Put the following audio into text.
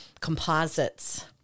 composites